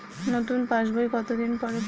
নতুন passbook কত দিন পরে পাবো?